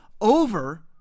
over